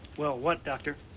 well what, doctor?